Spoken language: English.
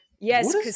Yes